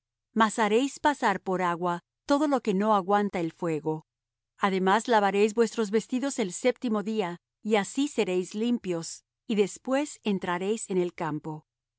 mas haréis pasar por agua todo lo que no aguanta el fuego además lavaréis vuestros vestidos el séptimo día y así seréis limpios y después entraréis en el campo